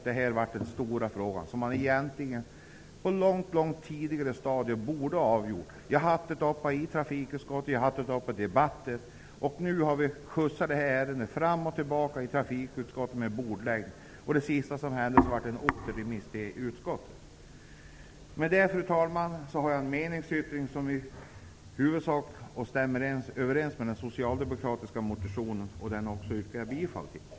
Det här blev den stora frågan som man egentligen på ett mycket tidigare stadium borde ha avgjort. Frågan har varit uppe i trafikutskottet och i debatter. Nu har det ärendet skjutsats fram och tillbaka för bordläggning. Det senaste som hände var att det blev en återremiss till utskottet. Med det, fru talman, har jag en meningsyttring som i huvudsak stämmer överens med den socialdemokratiska motionen, vilken jag också yrkar bifall till.